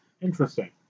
Interesting